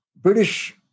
British